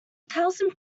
thousand